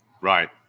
right